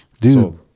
dude